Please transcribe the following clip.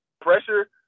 pressure